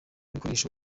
bikoresho